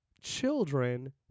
children